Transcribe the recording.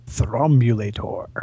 Thrombulator